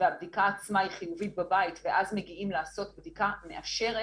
והבדיקה עצמה היא חיובית בבית ואז מגיעים לעשות בדיקה מאשרת